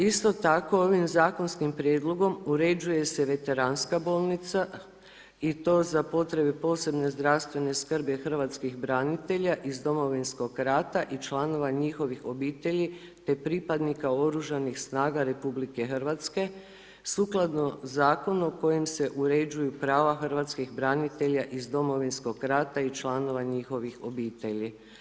Isto tako, ovim zakonskim prijedlogom uređuje se veteranska bolnica i to za potrebe posebne zdravstvene skrbi hrvatskih branitelja iz Domovinskog rata i članova njihovih obitelji te pripadnika oružanih snaga RH sukladno zakonu kojim se uređuju prava Hrvatskih branitelja iz Domovinskom rata i članova njihovih obitelji.